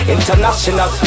International